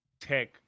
tech